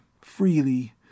freely